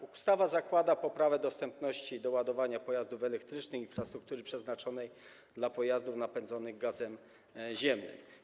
Ustawa zakładała poprawę dostępności ładowania pojazdów elektrycznych i infrastruktury przeznaczonej dla pojazdów napędzanych gazem ziemnym.